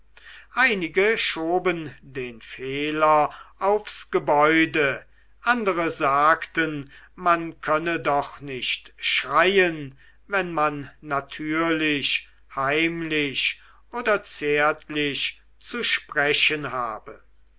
einige schoben den fehler aufs gebäude andere sagten man könne doch nicht schreien wenn man natürlich heimlich oder zärtlich zu sprechen habe